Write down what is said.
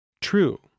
true